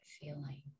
feeling